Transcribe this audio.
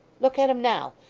look at em now.